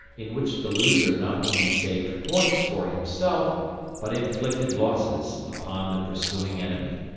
in which the loser not only saved points for himself but inflicted losses upon the pursuing enemy.